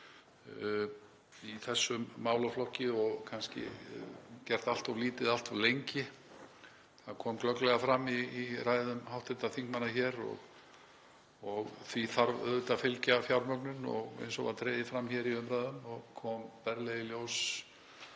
í þessum málaflokki — kannski höfum við gert allt of lítið allt of lengi, það kom glögglega fram í ræðum hv. þingmanna hér — og því þarf auðvitað að fylgja fjármögnun, eins og var dregið fram í umræðum og kom berlega í ljós